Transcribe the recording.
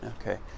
Okay